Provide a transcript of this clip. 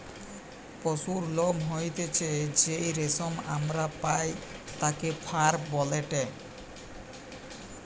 পশুর লোম হইতে যেই রেশম আমরা পাই তাকে ফার বলেটে